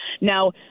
Now